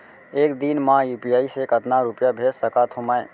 एक दिन म यू.पी.आई से कतना रुपिया भेज सकत हो मैं?